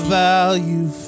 value